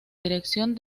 dirección